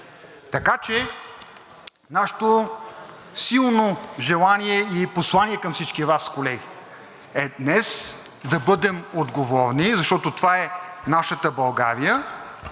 Така че нашето силно желание и послание към всички Вас, колеги, е днес да бъдем отговорни, защото това е нашата България,